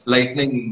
Lightning